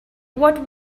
what